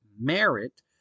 merit